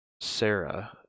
Sarah